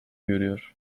görüyor